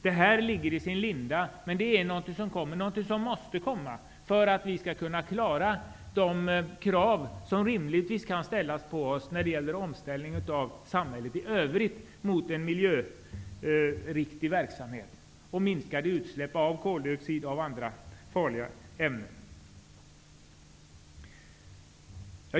Det här ligger i sin linda, men det är något som måste komma för att vi skall kunna klara kraven på oss att ställa om samhället i övrigt mot en miljöriktig verksamhet, med minskade utsläpp av koldioxid och andra farliga ämnen.